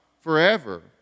forever